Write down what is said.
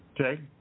Okay